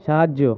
সাহায্য